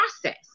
process